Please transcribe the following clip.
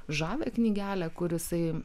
žavią knygelę kur jisai